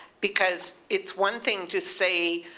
because it's one thing to say,